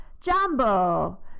Jumbo